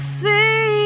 see